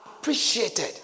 appreciated